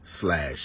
slash